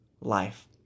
life